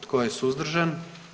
Tko je suzdržan?